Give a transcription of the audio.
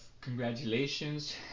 congratulations